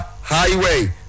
Highway